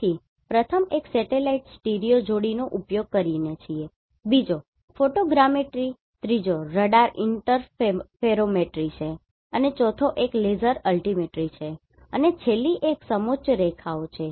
તેથી પ્રથમ એક સેટેલાઇટ સ્ટીરિઓ જોડીનો ઉપયોગ કરીને છે બીજો ફોટોગ્રામેટ્રી ત્રીજો રડાર ઇન્ટરફેરોમેટ્રી છે અને ચોથો એક લેસર અલ્ટિમેટ્રી છે અને છેલ્લી એક સમોચ્ચ રેખાઓ છે